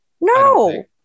no